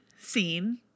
scene